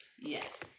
Yes